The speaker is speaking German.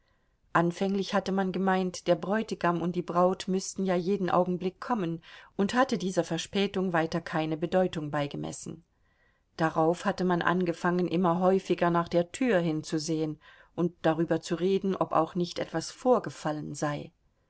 anfänglich hatte man gemeint der bräutigam und die braut müßten ja jeden augenblick kommen und hatte dieser verspätung weiter keine bedeutung beigemessen darauf hatte man angefangen immer häufiger nach der tür hinzusehen und darüber zu reden ob auch nicht etwas vorgefallen sei